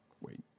wait